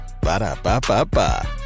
Ba-da-ba-ba-ba